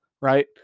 right